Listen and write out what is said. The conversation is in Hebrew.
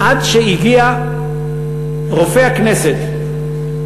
עד שהגיע רופא הכנסת